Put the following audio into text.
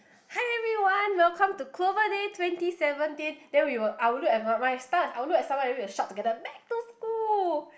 hi everyone welcome to Clover day twenty seventeen then we will I will look at my my style is I will look at someone then we will shout together back to school